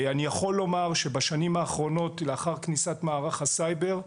אני יכול לומר שבשנים האחרונות לאחר כניסת מערך הסייבר,